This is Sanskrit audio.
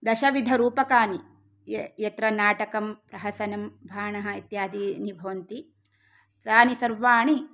दशविधरूपकाणि ये यत्र नाटकं प्रहसनं भाणः इत्यादीनि भवन्ति तानि सर्वाणि